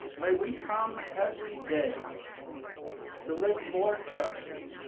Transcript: may we come every day to live more justly,